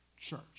Church